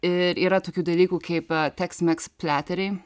ir yra tokių dalykų kaip teksmeks pliateriai